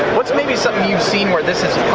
what's maybe something you've seen where this has